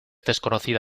desconocida